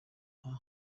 nta